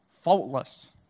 faultless